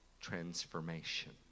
transformation